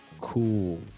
cool